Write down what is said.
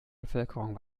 bevölkerung